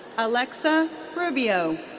alexa rubio.